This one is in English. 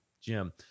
Jim